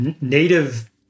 native